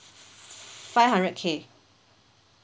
five hundred K